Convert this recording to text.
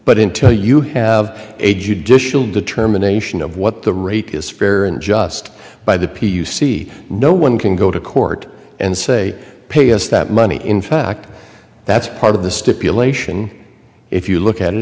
but intel you have a judicial determination of what the rate is fair and just by the p u c no one can go to court and say pay us that money in fact that's part of the stipulation if you look at it